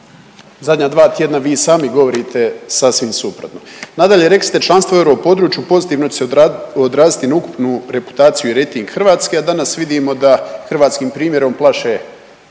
Zadnja 2 tjedna vi i sami govorite sasvim suprotno. Nadalje, rekli ste članstvo u europodručju pozitivno će se odraziti na ukupnu reputaciju i rejting Hrvatske, a danas vidimo da hrvatskim primjerom plaše